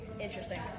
interesting